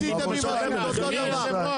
דוד,